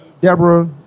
Deborah